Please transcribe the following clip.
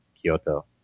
Kyoto